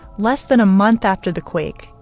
less than a month after the quake,